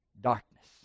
darkness